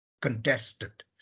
contested